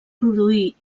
produir